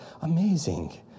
amazing